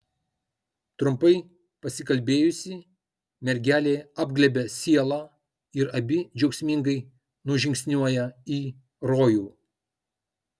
trumpai pasikalbėjusi mergelė apglėbia sielą ir abi džiaugsmingai nužingsniuoja į rojų